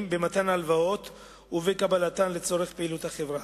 במתן הלוואות ובקבלתן לצורך פעילות החברה,